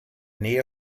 nähe